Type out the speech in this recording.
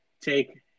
take